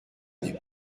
n’est